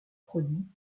produits